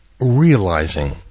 realizing